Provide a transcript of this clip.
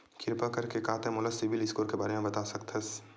किरपा करके का तै मोला सीबिल स्कोर के बारे माँ बता सकथस?